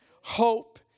hope